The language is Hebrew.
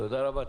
תודה רבה.